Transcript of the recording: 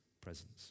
presence